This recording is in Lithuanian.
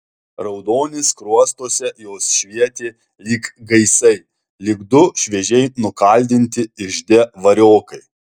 raudonis skruostuose jos švietė lyg gaisai lyg du šviežiai nukaldinti ižde variokai